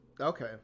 Okay